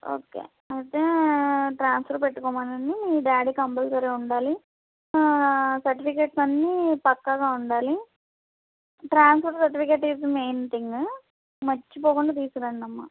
okay అయితే transfer పెట్టుకోమనండి మీ డాడీ కంపల్సరీ ఉండాలి సర్టిఫికేట్స్ అన్నీ పక్కాగా ఉండాలి transfer certificate is main thing మర్చిపోకుండా తీసుకురండమ్మా